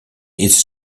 its